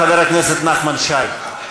חבר הכנסת נחמן שי.